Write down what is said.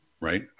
right